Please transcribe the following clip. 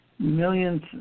Millions